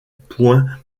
point